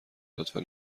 لطفا